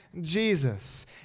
Jesus